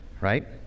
right